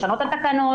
לשנות את התקנות,